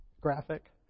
graphic